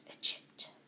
Egypt